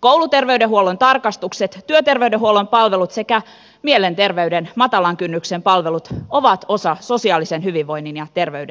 kouluterveydenhuollon tarkastukset työterveydenhuollon palvelut sekä mielenterveyden matalan kynnyksen palvelut ovat osa sosiaalisen hyvinvoinnin ja terveyden edistämistä